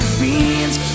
beans